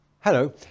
Hello